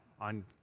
on